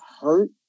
hurt